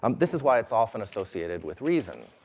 um this is why it's often associated with reason,